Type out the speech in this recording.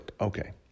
Okay